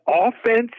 offense